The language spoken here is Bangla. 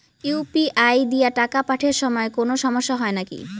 ইউ.পি.আই দিয়া টাকা পাঠের সময় কোনো সমস্যা হয় নাকি?